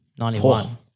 91